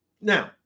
Now